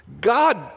God